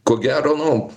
ko gero nu